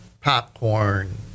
popcorn